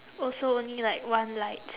also only like one light